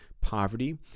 poverty